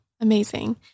Amazing